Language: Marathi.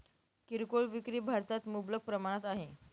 किरकोळ विक्री भारतात मुबलक प्रमाणात आहे